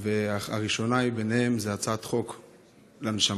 הראשונה מביניהן היא הצעת חוק לנשמה,